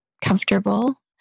comfortable